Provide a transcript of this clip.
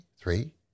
Three